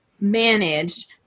manage